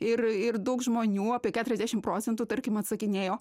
ir ir daug žmonių apie keturiasdešimt procentų tarkim atsakinėjo